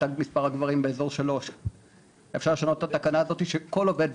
מספר הגברים באזור 3. אפשר לשנות את התקנה הזאת שכל עובד,